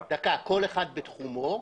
כל אחד בתחומו,